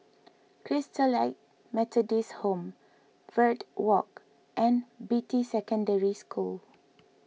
Christalite Methodist Home Verde Walk and Beatty Secondary School